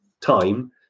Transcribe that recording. time